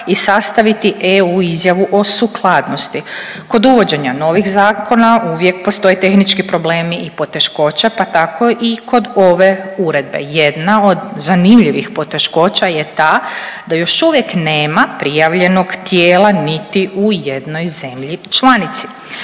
i sastaviti eu izjavu o sukladnosti. Kod uvođenja novih zakona uvijek postoje tehnički problemi i poteškoće pa tako i kod ove uredbe. Jedna od zanimljivih poteškoća je ta da još uvijek nema prijavljenog tijela niti u jednoj zemlji članici.